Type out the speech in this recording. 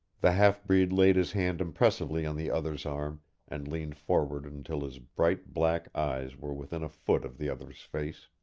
the half-breed laid his hand impressively on the other's arm and leaned forward until his bright black eyes were within a foot of the other's face.